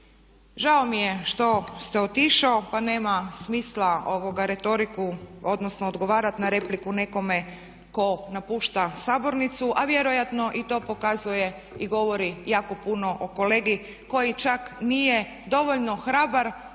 Žao mi je što ste otišli pa nema smisla retoriku odnosno odgovarati na repliku nekome ko napušta sabornicu, a vjerojatno i to pokazuje i govori jako puno o kolegi koji čak nije dovoljno hrabar